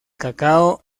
cacao